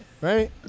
Right